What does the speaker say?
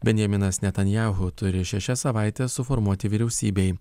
benjaminas netanyahu turi šešias savaites suformuoti vyriausybei